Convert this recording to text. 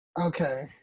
Okay